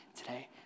today